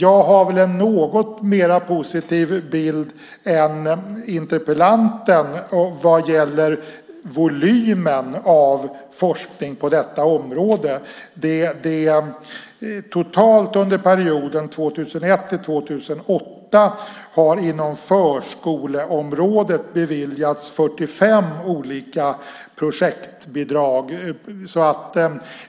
Jag har väl en något mer positiv bild än interpellanten vad gäller volymen av forskning på detta område. Totalt under perioden 2001-2008 har det inom förskoleområdet beviljats 45 olika projektbidrag.